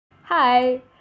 Hi